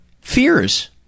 fears